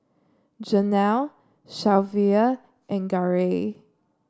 Janel Shelvia and Garey